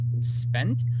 spent